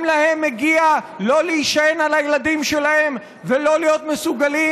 גם להם מגיע לא להישען על הילדים שלהם ולהיות מסוגלים